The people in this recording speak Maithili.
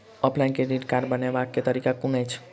ऑफलाइन क्रेडिट कार्ड बनाबै केँ तरीका केँ कुन अछि?